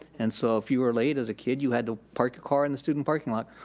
and so if you were late as a kid, you had to park your car in the student parking lot,